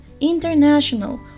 international